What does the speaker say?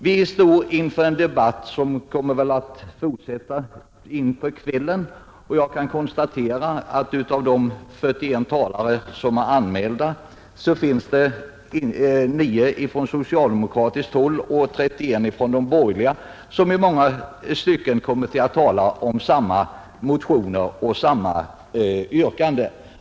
Vi står inför en debatt som väl kommer att fortsätta in på kvällen, och jag kan konstatera att av de 41 talare som var anmälda var 9 socialdemokrater och 31 borgerliga, som i många stycken kommer att tala om samma motioner och samma yrkanden.